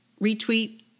retweet